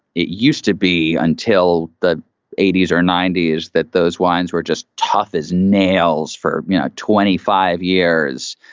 it used to be until the eighty s or ninety s that those wines were just tough as nails for you know twenty five years.